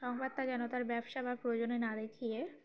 সংবাদটা যেন তার ব্যবসা বা প্রয়োজনে না দেখিয়ে